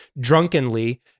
drunkenly